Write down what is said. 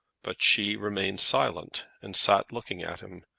but she remained silent, and sat looking at him,